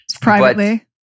Privately